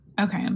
Okay